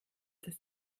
das